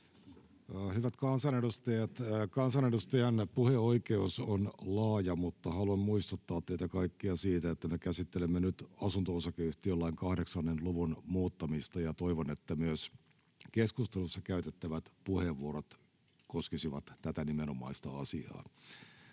Hyvät kansanedustajat! Kansanedustajan puheoikeus on laaja, mutta haluan muistuttaa teitä kaikkia siitä, että me käsittelemme nyt asunto-osakeyhtiölain 8 luvun muuttamista, ja toivon, että myös keskustelussa käytettävät puheenvuorot koskisivat tätä nimenomaista asiaa.